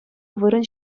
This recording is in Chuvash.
вырӑн